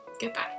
Goodbye